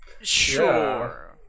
sure